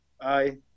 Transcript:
Aye